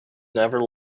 never